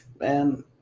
Man